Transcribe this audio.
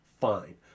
fine